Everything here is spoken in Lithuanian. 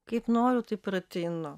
kaip noriu taip ir ateinu